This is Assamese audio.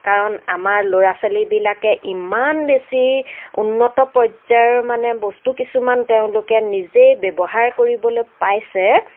কাৰণ আমাৰ ল'ৰা ছোৱালীবিলাকে ইমান বেছি উন্নত পৰ্যায়ৰ মানে বস্তু কিছুমান তেওঁলোকে নিজেই ব্য়ৱহাৰ কৰিবলৈ পাইছে